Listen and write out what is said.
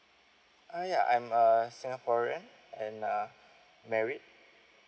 uh ya I'm a singaporean and uh married